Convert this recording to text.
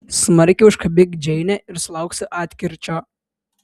smarkiai užkabink džeinę ir sulauksi atkirčio